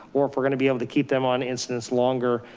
or if we're gonna be able to keep them on incidents longer,